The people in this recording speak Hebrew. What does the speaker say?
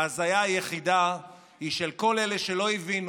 ההזיה היחידה היא של כל אלה שלא הבינו